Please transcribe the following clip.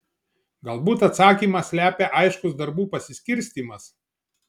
galbūt atsakymą slepia aiškus darbų pasiskirstymas